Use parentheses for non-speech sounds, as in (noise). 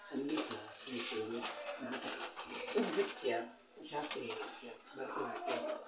ಸಂಗೀತ (unintelligible) ನೃತ್ಯ ಶಾಸ್ತ್ರೀಯ ನೃತ್ಯ ಭರತನಾಟ್ಯ